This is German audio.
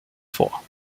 vor